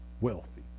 Wealthy